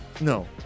No